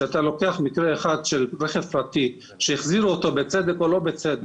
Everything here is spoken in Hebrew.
שאתה לוקח מקרה אחד של רכב פרטי שהחזירו אותו בצדק או לא בצדק,